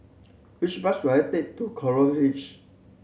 which bus should I take to Coral Edge